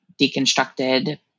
deconstructed